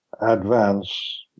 advance